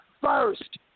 first